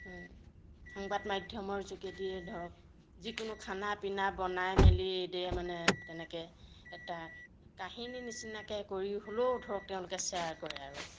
সংবাদ মাধ্যমৰ যোগেদিয়ে ধৰক যিকোনো খানা পিনা বনাই মেলি দিয়ে মানে তেনেকৈ এটা কাহিনী নিচিনাকৈ কৰি হ'লেও ধৰক তেওঁলোকে শ্বেয়াৰ কৰে আৰু